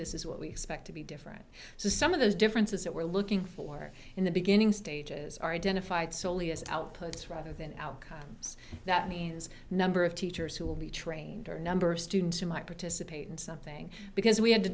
this is what we expect to be different so some of those differences that we're looking for in the beginning stages are identified solely as outputs rather than outcomes that means number of teachers who will be trained or number of students who might participate in something because we had to